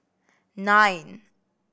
nine